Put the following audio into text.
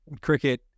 cricket